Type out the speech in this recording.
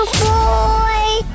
boy